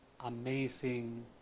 amazing